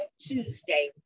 Tuesday